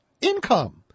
income